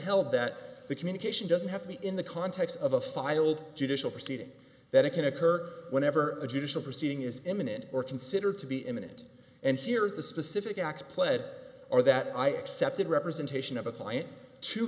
held that the communication doesn't have to be in the context of a filed judicial proceeding that it can occur whenever a judicial proceeding is imminent or considered to be imminent and here are the specific acts pled or that i accepted representation of a client